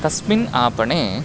तस्मिन् आपणे